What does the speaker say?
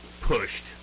pushed